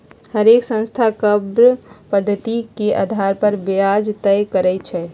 हरेक संस्था कर्व पधति के अधार पर ब्याज तए करई छई